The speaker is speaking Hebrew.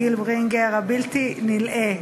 גיל ברינגר הבלתי-נלאה,